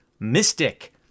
mystic